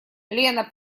лена